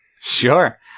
sure